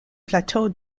plateau